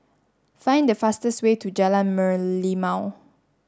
find the fastest way to Jalan Merlimau